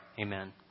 Amen